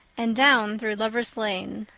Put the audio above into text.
and down through lover's lane.